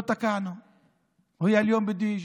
הרב הוא נפגע עבירה,